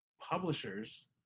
publishers